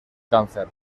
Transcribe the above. cáncer